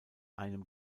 einem